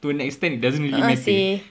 to an extent it doesn't really matter